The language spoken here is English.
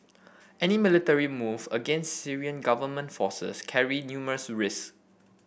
any military move against Syrian government forces carry numerous risk